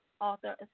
author